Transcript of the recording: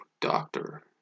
Doctor